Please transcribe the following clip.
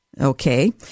okay